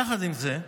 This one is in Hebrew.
יחד עם זה,